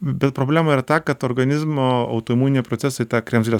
bet problema yra ta kad organizmo autoimuniniai procesai tą kremzlę